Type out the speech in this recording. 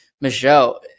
Michelle